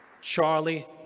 Charlie